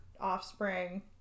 offspring